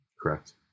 correct